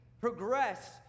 progress